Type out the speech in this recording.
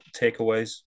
takeaways